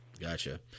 Gotcha